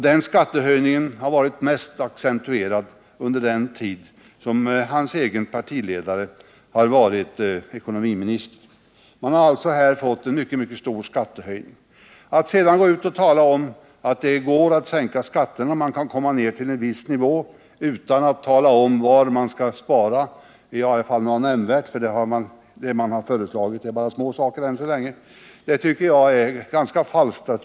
Den skattehöjningen var mest accentuerad under den tid som hans egen partiledare var ekonomiminister. Att sedan gå ut och tala om att det går att sänka skatterna och komma ned till en viss nivå utan att mera ingående ange var man skall spara — hittills har man bara föreslagit småsaker — tycker jag är ganska falskt.